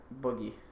Boogie